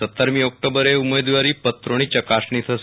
સત્તરમી ઓકટોમ્બર ઉમેદવારીપત્રોની ચકાસણી થશે